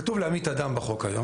כתוב "להמית אדם" בחוק היום,